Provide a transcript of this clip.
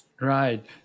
Right